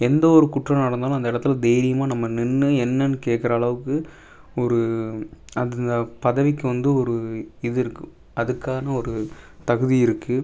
எந்த ஒரு குற்றம் நடந்தாலும் அந்த இடத்துல தைரியமாக நம்ம நின்று என்னன்னு கேட்குற அளவுக்கு ஒரு அந்த பதவிக்கு வந்து ஒரு இது இருக்குது அதுக்கான ஒரு தகுதி இருக்குது